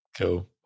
Cool